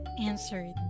answered